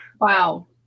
Wow